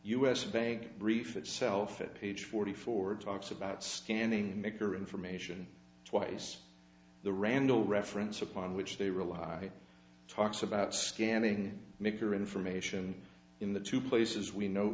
s banking brief itself it page forty four talks about scanning maker information twice the randall reference upon which they rely talks about scanning maker information in the two places we know